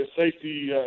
safety